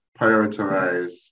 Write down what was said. prioritize